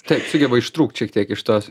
taip sugeba ištrūkt šiek tiek iš tos